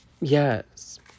yes